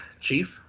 Chief